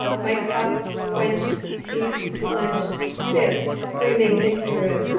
my cup quenched teeth, clenched fist, screaming into it.